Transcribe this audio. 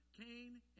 Cain